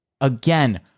again